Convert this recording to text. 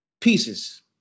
pieces